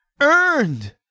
earned